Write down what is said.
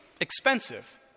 expensive